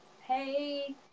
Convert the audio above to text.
hey